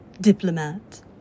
diplomat